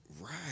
Right